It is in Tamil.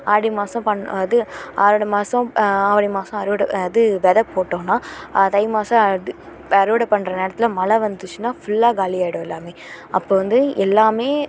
ஆடி மாதம் பண்ண இது ஆடி மாதம் ஆவணி மாதம் அறுவடை இது விதை போட்டோன்னால் தை மாதம் அறுவடை பண்ணுற நேரத்தில் மழை வந்துச்சுன்னால் ஃபுல்லாக காலி ஆகிடும் எல்லாமே அப்போது வந்து எல்லாமே